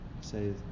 say